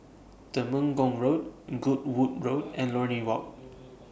Temenggong Road Goodwood Road and Lornie Walk